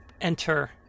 enter